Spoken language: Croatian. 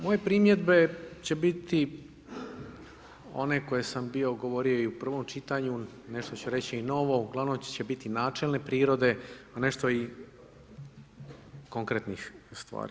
Moje primjedbe će biti one koje sam bio govorio i u prvom čitanju, nešto ću reći i novo, ugl. će biti načelne prirode, a nešto i konkretnih stvari.